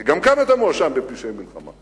כי גם כאן אתה מואשם בפשעי מלחמה.